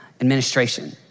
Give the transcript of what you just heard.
Administration